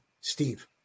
Steve